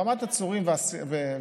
ברמת העצורים והאסירים,